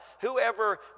Whoever